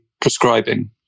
prescribing